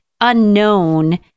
unknown